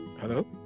hello